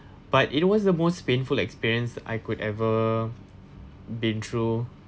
but it was the most painful experience I've could ever been through